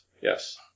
yes